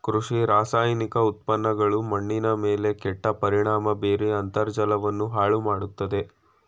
ಕೃಷಿ ರಾಸಾಯನಿಕ ಉತ್ಪನ್ನಗಳು ಮಣ್ಣಿನ ಮೇಲೆ ಕೆಟ್ಟ ಪರಿಣಾಮ ಬೀರಿ ಅಂತರ್ಜಲವನ್ನು ಹಾಳು ಮಾಡತ್ತದೆ